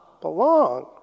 belong